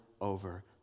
over